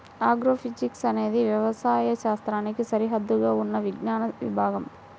agrophysics అనేది వ్యవసాయ శాస్త్రానికి సరిహద్దుగా ఉన్న విజ్ఞాన విభాగం